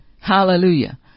hallelujah